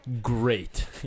great